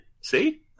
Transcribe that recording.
See